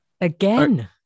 Again